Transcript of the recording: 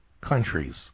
countries